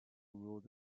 ruled